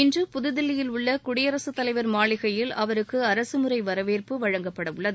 இன்று புதுதில்லியில் உள்ள குடியரசு தலைவர் மாளிகையில் அவருக்கு அரசு முறை வரவேற்பு வழங்கப்படவுள்ளது